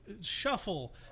shuffle